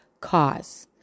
cause